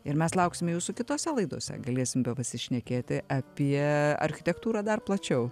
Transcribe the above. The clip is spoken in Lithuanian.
ir mes lauksime jūsų kitose laidose galėsim b pasišnekėti apie architektūrą dar plačiau